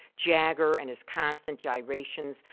jagger and his constant gyrations.